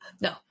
No